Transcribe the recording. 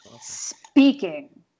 Speaking